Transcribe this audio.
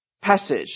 passage